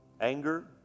anger